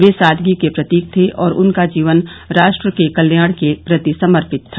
वे सादगी के प्रतीक थे और उनका जीवन राष्ट्र के कल्याण के प्रति समर्पित था